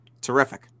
terrific